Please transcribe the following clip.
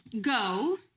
Go